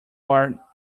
are